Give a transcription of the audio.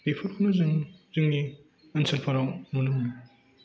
बेफोरखौनो जों जोंनि ओनसोलफोराव नुनो मोनो